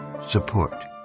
support